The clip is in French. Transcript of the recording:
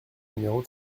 numéro